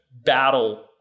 battle